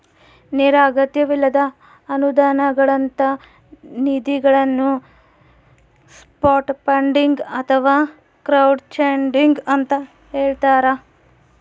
ನೇರ ಅಗತ್ಯವಿಲ್ಲದ ಅನುದಾನಗಳಂತ ನಿಧಿಗಳನ್ನು ಸಾಫ್ಟ್ ಫಂಡಿಂಗ್ ಅಥವಾ ಕ್ರೌಡ್ಫಂಡಿಂಗ ಅಂತ ಹೇಳ್ತಾರ